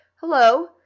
Hello